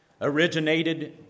originated